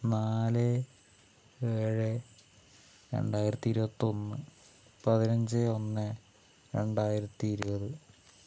നാല് ഏഴ് രണ്ടായിരത്തി ഇരുപത്തൊന്ന് പതിനഞ്ച് ഒന്ന് രണ്ടായിരത്തി ഇരുപത്